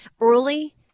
Early